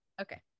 Okay